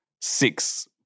six